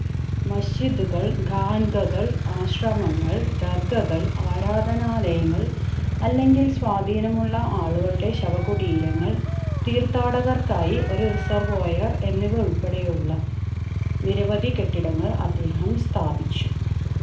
മസ്ജിദുകൾ ഖാൻഗകൾ ആശ്രമങ്ങൾ ദർഗകൾ ആരാധനാലയങ്ങൾ അല്ലെങ്കിൽ സ്വാധീനമുള്ള ആളുകളുടെ ശവകുടീരങ്ങൾ തീർത്ഥാടകർക്കായി ഒരു റിസർവോയർ എന്നിവ ഉൾപ്പെടെയുള്ള നിരവധി കെട്ടിടങ്ങൾ അദ്ദേഹം സ്ഥാപിച്ചു